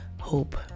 hope